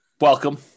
welcome